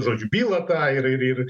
žodžiu bylą tą ir ir ir